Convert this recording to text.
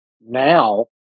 now